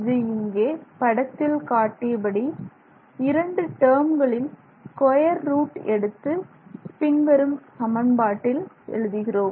இது இங்கே படத்தில் காட்டில் இரண்டு டெர்ம்களில் ஸ்கொயர் ரூட் எடுத்து பின்வரும் சமன்பாட்டில் எழுதுகிறோம்